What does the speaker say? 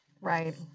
right